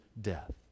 death